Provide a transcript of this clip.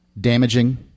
damaging